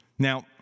Now